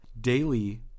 Daily